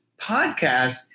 podcast